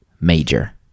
Major